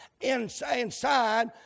inside